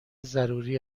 ضروری